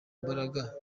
mbaraga